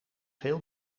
veel